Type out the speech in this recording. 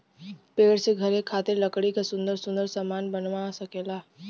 पेड़ से घरे खातिर लकड़ी क सुन्दर सुन्दर सामन बनवा सकेला